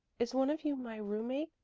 is one of you my roommate?